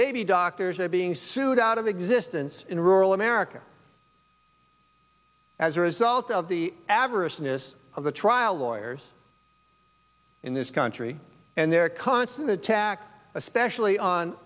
baby doctors are being sued out of existence in rural america as a result of the avarice inis of the trial lawyers in this country and their constant attacks especially on